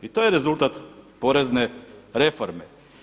I to je rezultat porezne reforme.